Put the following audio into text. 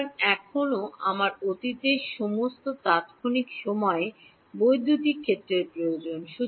সুতরাং এখনও আমার অতীতের সমস্ত তাত্ক্ষণিক সময়ে বৈদ্যুতিক ক্ষেত্রের প্রয়োজন